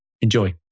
Enjoy